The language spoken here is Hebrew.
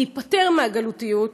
להיפטר מהגלותיות,